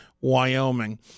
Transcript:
Wyoming